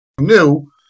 new